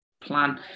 plan